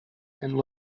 and